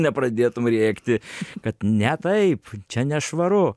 nepradėtum rėkti kad ne taip čia nešvaru